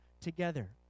together